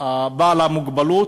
בעל המוגבלות,